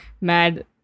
mad